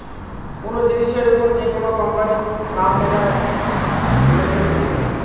কোনো জিনিসের ওপর যেকোনো কোম্পানির নাম লেখা লেবেল থাকে